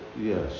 yes